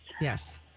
Yes